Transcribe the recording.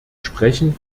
sprechen